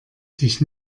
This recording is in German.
sich